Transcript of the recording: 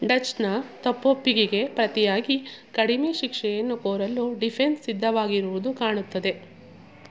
ಡಚ್ನ ತಪ್ಪೊಪ್ಪಿಗೆಗೆ ಪ್ರತಿಯಾಗಿ ಕಡಿಮೆ ಶಿಕ್ಷೆಯನ್ನು ಕೋರಲು ಡಿಫೆನ್ಸ್ ಸಿದ್ಧವಾಗಿರುವುದು ಕಾಣುತ್ತದೆ